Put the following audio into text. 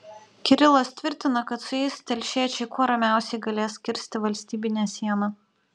kirilas tvirtina kad su jais telšiečiai kuo ramiausiai galės kirsti valstybinę sieną